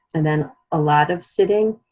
and then, a lot of sitting,